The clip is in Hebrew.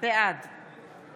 בעד